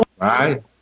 Right